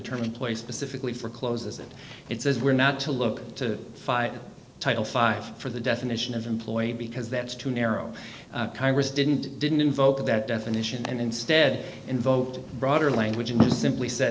term employ specifically for clothes and it says we're not to look to title five for the definition of employee because that's too narrow congress didn't didn't invoke that definition and instead invoked broader language you simply said